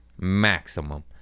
maximum